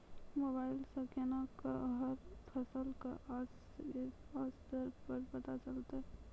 Mobile सऽ केना कऽ हर फसल कऽ आज के आज दर पता चलतै?